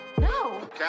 No